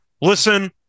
listen